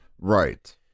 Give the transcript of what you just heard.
right